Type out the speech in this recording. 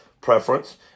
preference